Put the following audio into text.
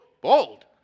bold